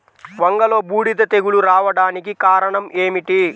వంగలో బూడిద తెగులు రావడానికి కారణం ఏమిటి?